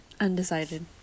Undecided